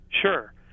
Sure